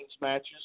matches